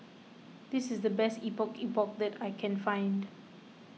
this is the best Epok Epok that I can find